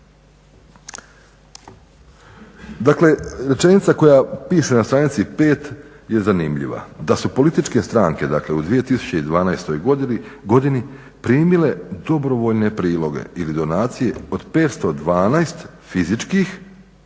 Dakle, rečenica koja piše na stranici 5 je zanimljiva, da su političke stranke, dakle u 2012. godini primile dobrovoljne priloge ili donacije od 512 fizičkih